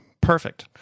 Perfect